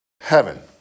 heaven